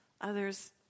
Others